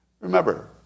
Remember